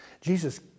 Jesus